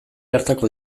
hartako